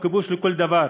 הוא כיבוש לכל דבר,